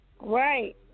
Right